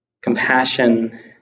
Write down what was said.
compassion